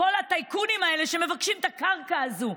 שעיניה לכל הטייקונים האלה שמבקשים את הקרקע הזו.